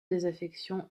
désaffection